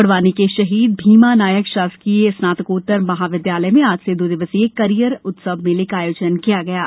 बड़वानी के शहीद भीमा नायक शासकीय स्नातकोत्तर महाविद्यालय में आज से दो दिवसीय कैरियर अवसर मेले का आयोजन किया गया है